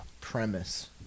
premise